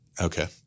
Okay